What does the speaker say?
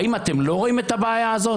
האם אתם לא רואים את הבעיה הזאת?